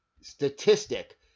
statistic